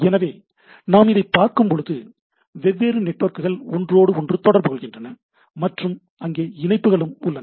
எனவே நாம் இதைப் பார்க்கும்போது வெவ்வேறு நெட்வொர்க்குகள் ஒன்றோடொன்று தொடர்பு கொள்கின்றன மற்றும் அங்கே இணைப்புகளும் உள்ளன